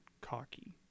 cocky